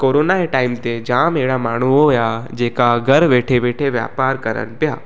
corona जे time ते जाम अहिड़ा माण्हू हुया जेका घर वेठे वेठे वापार करण पिया